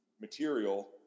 material